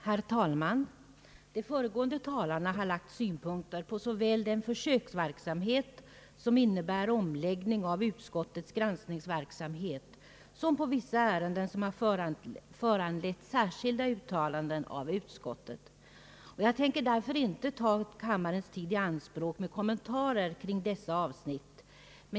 Herr talman! De föregående talarna har lagt synpunkter på såväl den försöksverksamhet, som innebär en omläggning av utskottets granskning, som på vissa ärenden som har föranlett särskilda uttalanden av utskottet. Jag tänker därför inte ta upp kammarens tid med kommentarer kring dessa avsnitt.